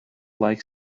like